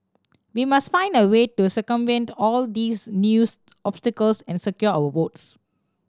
we must find a way to circumvent all these news obstacles and secure our votes